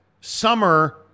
summer